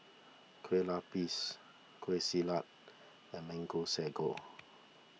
Kueh Lapis Kueh Salat and Mango Sago